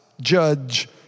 judge